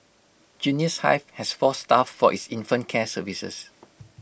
Genius hive has four staff for its infant care services